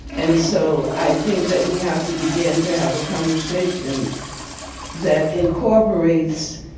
and so i think that we have to begin to have a conversation that incorporates